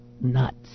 nuts